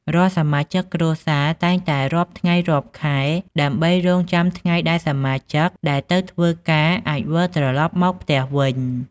រាល់សមាជិកគ្រួសារតែងតែរាប់ថ្ងៃ រាប់ខែ ដើម្បីរង់ចាំថ្ងៃដែលសមាជិកដែលទៅធ្វើការអាចវិលត្រឡប់មកផ្ទះវិញ។